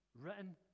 written